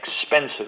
expensive